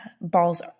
balls